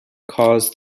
caused